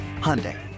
Hyundai